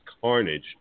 Carnage